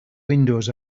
windows